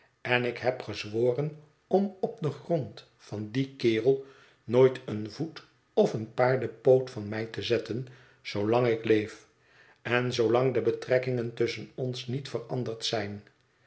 en ik heb gezworen om op den grond van dien kerel nooit een voet of een paardepoot van mij te zetten zoolang ik leef en zoolang de betrekkingen tusschen ons niet veranderd zijn